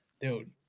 dude